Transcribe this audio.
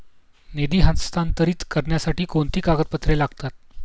निधी हस्तांतरित करण्यासाठी कोणती कागदपत्रे लागतात?